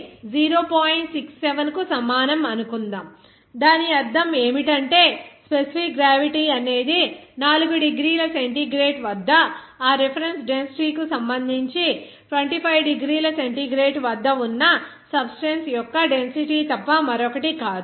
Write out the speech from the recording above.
67 కు సమానం అనుకుందాందాని అర్థం ఏమిటంటే ఈ స్పెసిఫిక్ గ్రావిటీ అనేది 4 డిగ్రీల సెంటీగ్రేడ్ వద్ద ఆ రిఫరెన్స్ డెన్సిటీ కు సంబంధించి 25 డిగ్రీ ల సెంటీగ్రేడ్ వద్ద ఉన్న సబ్స్టెన్స్ యొక్క డెన్సిటీ తప్ప మరొకటి కాదు